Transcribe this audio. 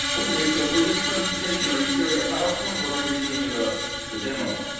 okay, so for this presentation. are you sharing a powerpoint or going to be doing the the demo?